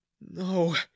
No